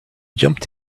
jumped